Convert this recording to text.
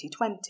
2020